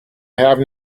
have